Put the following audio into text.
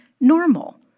normal